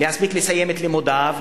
להספיק לסיים את לימודיו,